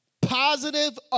positive